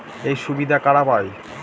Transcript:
এই সুবিধা কারা পায়?